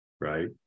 right